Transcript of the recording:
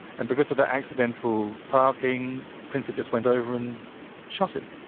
and because of that accidental parking, princip just went over and shot him.